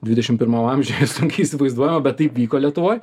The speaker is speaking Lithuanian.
dvidešim pirmam amžiuj sunkiai įsivaizduojama bet taip vyko lietuvoj